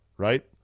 Right